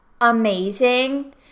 amazing